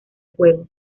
juego